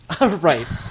Right